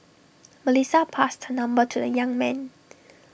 Melissa passed her number to the young man